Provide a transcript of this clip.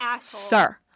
sir